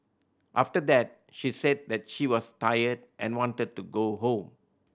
after that she said that she was tired and wanted to go home